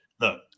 Look